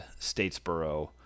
Statesboro